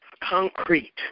concrete